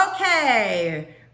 Okay